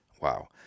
Wow